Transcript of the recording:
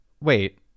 Wait